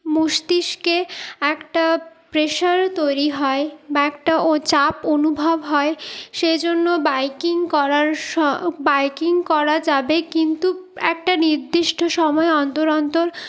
মস্তিষ্কে একটা প্রেসারও তৈরি হয় বা একটা চাপ অনুভব হয় সেইজন্য বাইকিং করার সয় বাইকিং করা যাবে কিন্তু একটা নির্দিষ্ট সময় অন্তর অন্তর